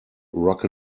rock